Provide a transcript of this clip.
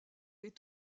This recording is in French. est